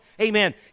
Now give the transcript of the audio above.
Amen